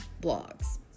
blogs